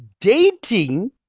dating